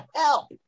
help